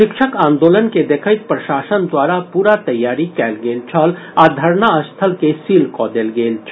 शिक्षक आंदोलन के देखैत प्रशासन द्वारा पूरा तैयारी कयल गेल छल आ धरना स्थल के सील कऽ देल गेल छल